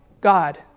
God